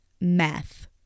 meth